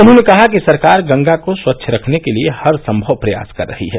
उन्होंने कहा कि सरकार गंगा को स्वच्छ रखने के लिए हरसंभव प्रयास कर रही है